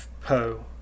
Poe